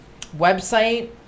website